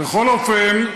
בכל אופן,